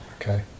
Okay